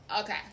Okay